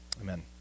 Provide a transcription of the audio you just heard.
Amen